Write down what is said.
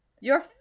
Your